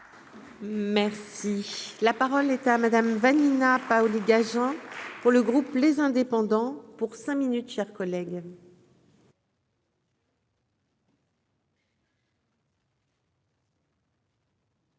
Merci, la parole est à Madame Vanina Paoli-Gagin. Pour le groupe, les indépendants pour cinq minutes chers collègues.